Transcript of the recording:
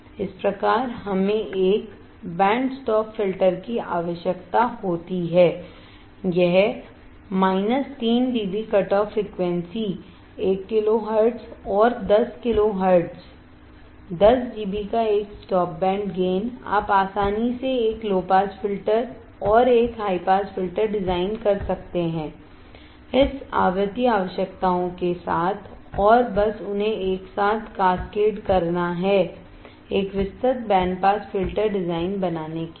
इस प्रकार हमें एक बैंड स्टॉप फिल्टर की आवश्यकता होती है यह 3 dB cutoff frequency 1 kilo hertz और 10 किलो हर्ट्ज 10 dB का एक स्टॉप बैंड गेन आप आसानी से एक लो पास फिल्टर और एक हाई पास फिल्टर डिजाइन कर सकते हैं इस आवृत्ति आवश्यकताओं के साथ और बस उन्हें एक साथ कैस्केड करना हैएक विस्तृत बैंड पास फिल्टर डिजाइन बनाने के लिए